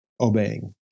obeying